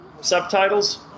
subtitles